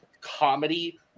comedy